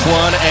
one